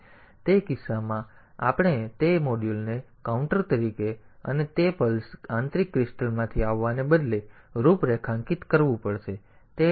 તેથી તે કિસ્સામાં આપણે તે મોડ્યુલને કાઉન્ટર તરીકે અને તે પલ્સ આંતરિક ક્રિસ્ટલમાંથી આવવાને બદલે રૂપરેખાંકિત કરવું પડશે